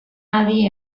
adi